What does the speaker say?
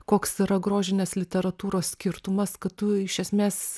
koks yra grožinės literatūros skirtumas kad tu iš esmės